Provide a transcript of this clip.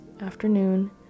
afternoon